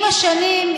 עם השנים,